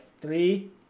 Three